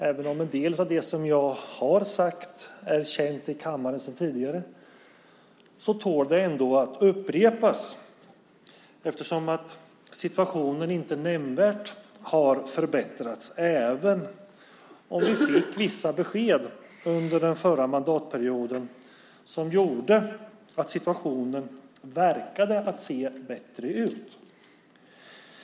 Även om en del av det som jag har sagt är känt i kammaren sedan tidigare tål det att upprepas eftersom situationen inte nämnvärt har förbättrats, även om vi fick vissa besked under den förra mandatperioden som gjorde att situationen verkade se bättre ut.